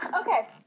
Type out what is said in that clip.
Okay